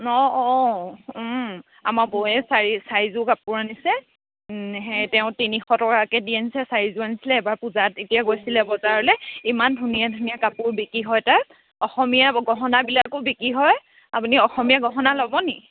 অঁ অঁ আমাৰ বৌয়ে চাৰি চাৰিযোৰ কাপোৰ আনিছে সেই তেওঁ তিনিশ টকাকৈ দি আনিছে চাৰিযোৰ আনিছিলে এইবাৰ পূজাত এতিয়া গৈছিলে বজাৰলৈ ইমান ধুনীয়া ধুনীয়া কাপোৰ বিকি হয় তাত অসমীয়া গহনাবিলাকো বিকি হয় আপুনি অসমীয়া গহনা ল'বনি